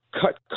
cut